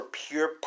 pure